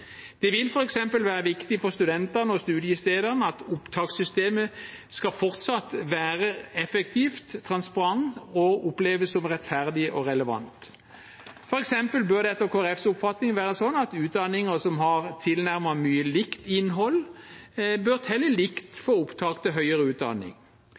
Det vil f.eks. være viktig for studentene og studiestedene at opptakssystemet fortsatt skal være effektivt og transparent og oppleves som rettferdig og relevant. For eksempel bør det etter Kristelig Folkepartis oppfatning være slik at utdanninger som har mye tilnærmet likt innhold, bør telle likt for opptak til høyere utdanning.